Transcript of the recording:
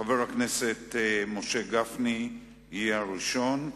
חבר הכנסת משה גפני יהיה הראשון,